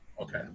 Okay